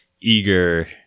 eager